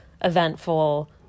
eventful